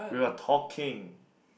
we were talking